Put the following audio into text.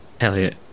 Elliot